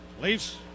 Leafs